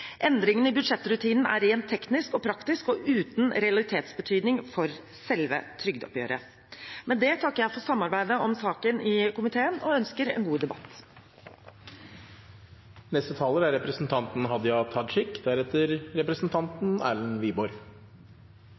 i budsjettrutinen er rent teknisk og praktisk og uten realitetsbetydning for selve trygdeoppgjøret. Med det takker jeg for samarbeidet om saken i komiteen og ønsker en god debatt.